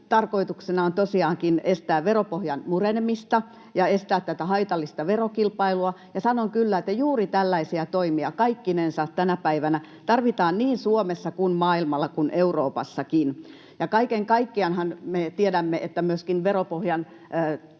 tarkoituksena on tosiaankin estää veropohjan murenemista ja estää tätä haitallista verokilpailua, ja sanon kyllä, että juuri tällaisia toimia kaikkinensa tänä päivänä tarvitaan niin Suomessa kuin maailmalla kuin Euroopassakin. Kaiken kaikkiaanhan me tiedämme, että myöskin veropohjan